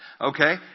Okay